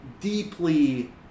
deeply